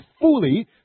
fully